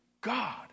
God